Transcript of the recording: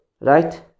right